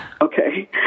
Okay